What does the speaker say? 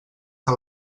que